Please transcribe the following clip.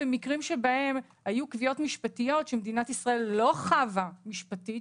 גם במקרים שבהם היו קביעות משפטיות שמדינת ישראל לא חבה משפטית,